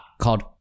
called